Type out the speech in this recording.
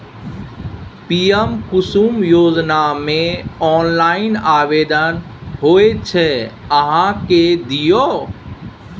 PM Kusum योजनामे online आवेदन होइत छै अहाँ कए दियौ